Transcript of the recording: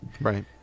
Right